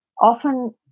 Often